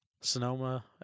Sonoma